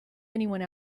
anyone